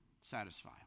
satisfy